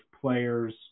players